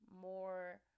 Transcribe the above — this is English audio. more